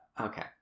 Okay